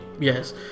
yes